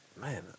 man